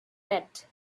bed